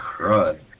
Crud